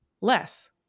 less